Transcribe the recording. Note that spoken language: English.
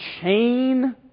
chain